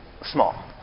small